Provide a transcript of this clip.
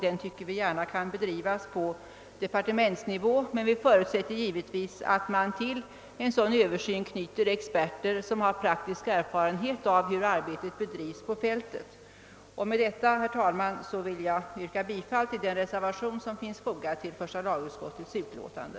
Den tycker vi gärna kan bedrivas på departementsnivå, men vi förutsätter givetvis att man till en sådan översyn knyter experter som har prak tisk erfarenhet av hur arbetet bedrivs på fältet. Med det anförda vill jag, herr talman, yrka bifall till den reservation som är fogad till första lagutskottets utlåtande.